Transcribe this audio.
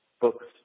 books